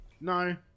No